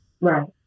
Right